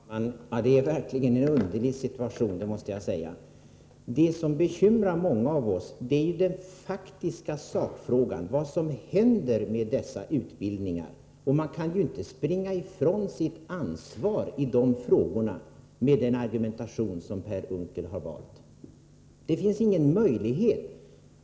Fru talman! Det är verkligen en underlig situation, det måste jag säga. Det som bekymrar många av oss är den faktiska sakfrågan: Vad händer med dessa utbildningar? Man kan inte springa ifrån sitt ansvar i denna fråga med den argumentation som Per Unckel har valt. Det finns inga möjligheter.